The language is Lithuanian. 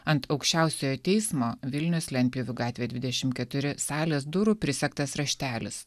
ant aukščiausiojo teismo vilnius lentpjūvių gatvė dvidešim keturi salės durų prisegtas raštelis